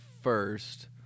first